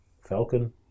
Falcon